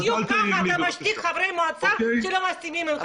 בדיוק כך אתה משתיק חברי מועצה שלא מסכימים אתך.